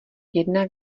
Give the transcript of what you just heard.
jedna